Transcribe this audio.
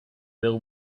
there